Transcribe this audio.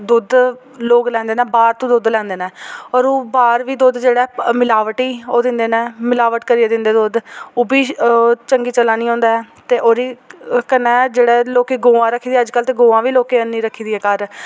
दुद्ध लोग लैंदे न बाह्र तो दुद्ध लैंदे न होर ओह् बाह्र बी दुद्ध जेह्ड़ा मलावटी ओह् दिंदे न मिलावट करियै दिंदे दुद्ध ओह् बी चंगी चला निं होंदा ऐ ते ओह्दे कन्नै जेह्ड़ी लोकें गौवां रक्खी दियां अज्जकल ते गौआं बी लोकें ऐनी रक्खी दियां घर